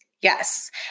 Yes